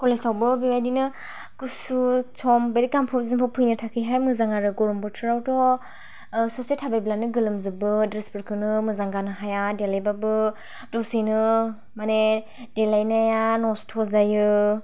कलेजावबो बेबादिनो गुसु सम गानफब जोमफब फैनो थाखाय हाय मोजां आरो गरम बोथोराव हायथ' ससे थाबायबानो गोलोम जोबो द्रेसफोरखौनो मोजां गानहोनो हाया देलायबाबो दसेनो माने देलायनाया नस्थ' जायो